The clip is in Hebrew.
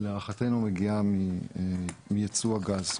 מגיע מייצוא הגז.